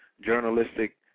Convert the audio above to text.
journalistic